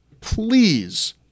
please